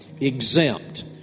exempt